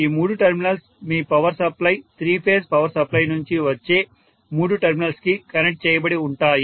ఈ మూడు టెర్మినల్స్ మీ power supply three phase power supply నుంచి వచ్చే మూడు టర్మినల్ కి కనెక్ట్ చేయబడి ఉంటాయి